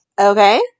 Okay